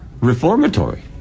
reformatory